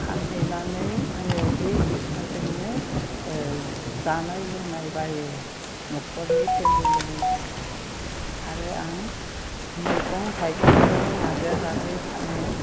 फानहैनानै आङो बे फैसाजोंनो ओ जानाय लोंनाय बायो न'खरनि फेमिलिनि थाखाय आरो आं मैगं थाइगंबो लादेरनानै फानो